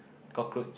cockroach